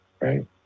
right